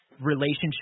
relationship